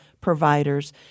providers